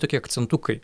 tokie akcentukai